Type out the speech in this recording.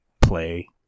play